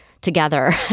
together